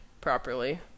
properly